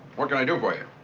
what can i do for you?